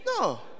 no